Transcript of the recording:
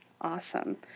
Awesome